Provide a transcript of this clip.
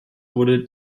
wurde